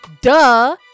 Duh